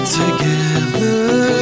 together